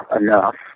enough